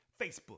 Facebook